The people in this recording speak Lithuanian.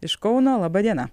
iš kauno laba diena